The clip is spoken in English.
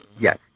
Yes